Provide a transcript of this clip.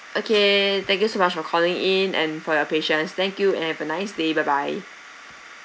okay thank you so much for calling in and for your patience thank you and have a nice day bye bye